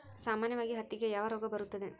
ಸಾಮಾನ್ಯವಾಗಿ ಹತ್ತಿಗೆ ಯಾವ ರೋಗ ಬರುತ್ತದೆ?